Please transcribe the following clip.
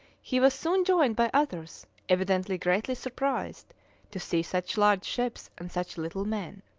he was soon joined by others evidently greatly surprised to see such large ships and such little men.